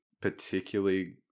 particularly